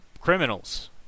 criminals